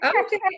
Okay